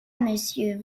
monsieur